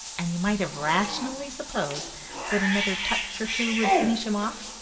and you might have rationally supposed that another touch or two would finish him off,